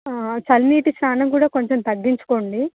చల్లనీటి స్నానం కూడా కొంచం తగ్గించుకోండి